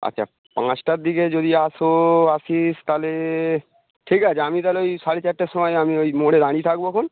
আচ্ছা পাঁচটার দিকে যদি আসো আসিস তাহলে ঠিক আছে আমি তাহলে ওই সাড়ে চারটার সময় আমি ওই মোড়ে দাঁড়িয়ে থাকবখন